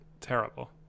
terrible